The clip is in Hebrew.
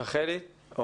אני רוצה